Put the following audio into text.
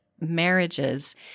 marriages